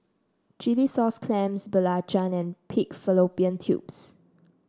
Chilli Sauce Clams Belacan and Pig Fallopian Tubes